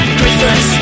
Christmas